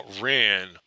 ran